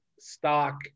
stock